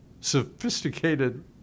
sophisticated